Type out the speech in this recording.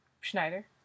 Schneider